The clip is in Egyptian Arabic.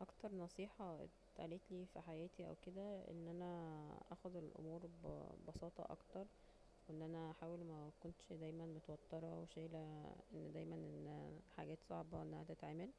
اكتر نصيحة اتقالتلي في حياتي أو كده أن أنا اخد الأمور ببساطة اكتر وان أنا أحاول ما اكونش دايما متوترة وشايلة أن دايما الحاجات صعب أنها تتعمل